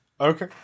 Okay